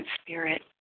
spirit